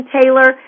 Taylor